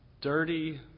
dirty